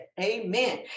Amen